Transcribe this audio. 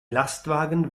lastwagen